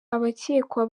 abakekwa